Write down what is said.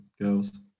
girls